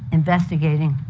investigating,